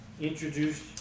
Introduced